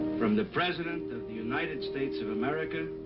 from the president of the united states of america.